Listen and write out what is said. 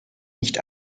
nicht